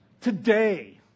today